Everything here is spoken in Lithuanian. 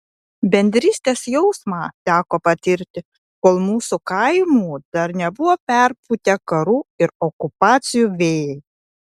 bendrystės jausmą teko patirti kol mūsų kaimų dar nebuvo perpūtę karų ir okupacijų vėjai